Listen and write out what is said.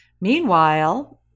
Meanwhile